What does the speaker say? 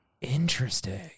Interesting